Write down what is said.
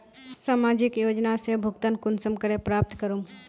सामाजिक योजना से भुगतान कुंसम करे प्राप्त करूम?